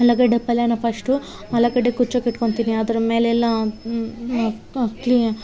ಆಲೂಗಡ್ಡೆ ಪಲ್ಯನ್ನ ಪಸ್ಟು ಆಲೂಗಡ್ಡೆ ಕುಚ್ಚೋಕೆ ಇಡ್ಕೊಂತೀನಿ ಅದ್ರ ಮೇಲೆಲ್ಲಾ